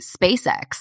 SpaceX